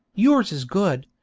yours is good,